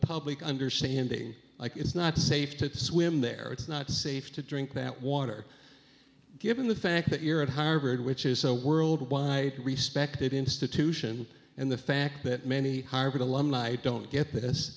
public understanding like it's not safe to swim there it's not safe to drink that water given the fact that you're at harvard which is a world by respected institution and the fact that many harvard alumni don't get this